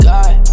God